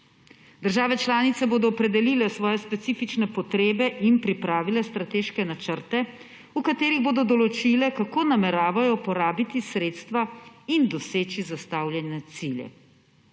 Države članice bodo opredelile svoje specifične potrebe in pripravile strateške načrte, v katerih bodo določile, kako nameravajo porabiti sredstva in doseči zastavljene cilje.